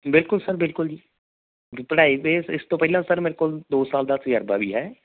ਬਿਲਕੁਲ ਸਰ ਬਿਲਕੁਲ ਜੀ ਪੜ੍ਹਾਈ ਬੇਸ ਇਸ ਤੋਂ ਪਹਿਲਾਂ ਸਰ ਮੇਰੇ ਕੋਲ ਦੋ ਸਾਲ ਦਾ ਤਜਰਬਾ ਵੀ ਹੈ